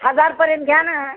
हजारपर्यंत घ्या ना